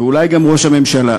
ואולי גם ראש הממשלה,